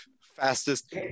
Fastest